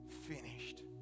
finished